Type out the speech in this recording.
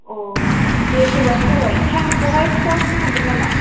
अ दे फैबानो जाबाय टाइम खौहाय खिन्थाहरनो हागोन नामा